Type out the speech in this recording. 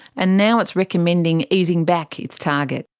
and now it's recommending easing back its target.